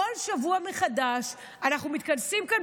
בכל שבוע מחדש אנחנו מתכנסים כאן,